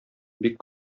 бик